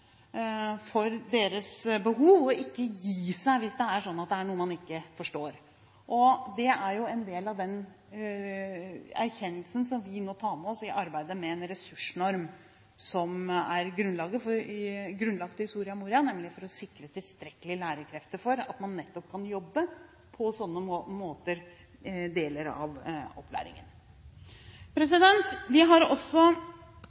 for deres behov – og ikke gi seg hvis det er noe man ikke forstår. Det er jo en del av den erkjennelsen som vi må ta med oss i arbeidet med en ressursnorm, som er grunnlagt i Soria Moria, for å sikre tilstrekkelig med lærerkrefter for nettopp å kunne jobbe på sånne måter i deler av opplæringen.